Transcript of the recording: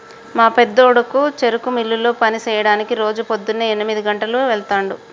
మా పెద్దకొడుకు చెరుకు మిల్లులో పని సెయ్యడానికి రోజు పోద్దున్నే ఎనిమిది గంటలకు వెళ్తుండు